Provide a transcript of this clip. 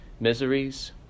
Miseries